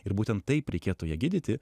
ir būtent taip reikėtų ją gydyti